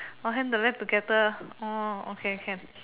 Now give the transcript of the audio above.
!wah! hand the leg together orh okay can